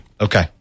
Okay